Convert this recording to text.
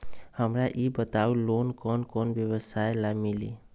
हमरा ई बताऊ लोन कौन कौन व्यवसाय ला मिली?